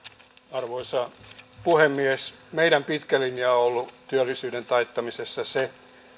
arvoisa puhemies meidän pitkä linjamme on työllisyyden taittamisessa ollut se